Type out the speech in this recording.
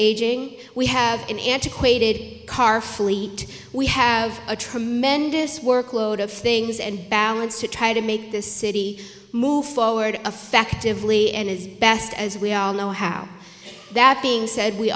aging we have an antiquated car fleet we have a tremendous work load of things and balance to try to make this city move forward affectively and as best as we all know how that being said we